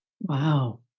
Wow